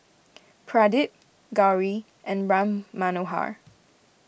Pradip Gauri and Ram Manohar